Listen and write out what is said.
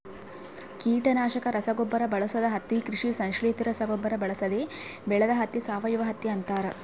ಕೀಟನಾಶಕ ರಸಗೊಬ್ಬರ ಬಳಸದ ಹತ್ತಿ ಕೃಷಿ ಸಂಶ್ಲೇಷಿತ ರಸಗೊಬ್ಬರ ಬಳಸದೆ ಬೆಳೆದ ಹತ್ತಿ ಸಾವಯವಹತ್ತಿ ಅಂತಾರ